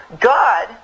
God